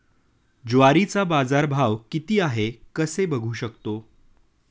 ज्वारीचा बाजारभाव किती आहे कसे बघू शकतो?